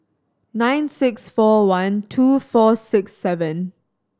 nine six four one two four six seven